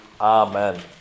Amen